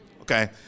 Okay